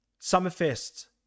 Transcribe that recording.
Summerfest